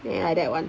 ya like that [one]